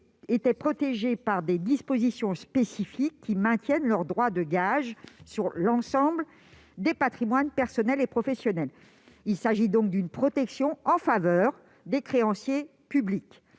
étaient protégées par des dispositions spécifiques qui maintiennent leur droit de gage sur l'ensemble des patrimoines, personnel et professionnel. Il s'agit donc bien d'une protection en faveur des créanciers publics.